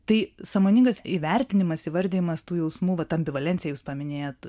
tai sąmoningas įvertinimas įvardijimas tų jausmų vat ambivalencija jūs paminėjot